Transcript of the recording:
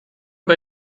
bei